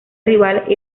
rival